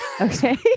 Okay